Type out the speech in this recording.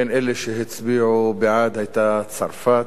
בין אלה שהצביעו בעד היתה צרפת,